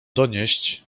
donieść